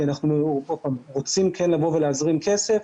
כי אנחנו רוצים להזרים כסף,